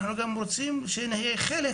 אנחנו רוצים להיות חלק,